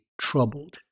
troubled